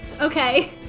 Okay